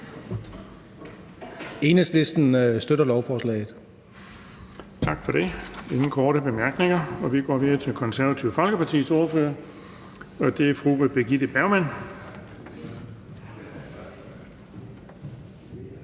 Borgerlige støtter lovforslaget.